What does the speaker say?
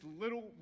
little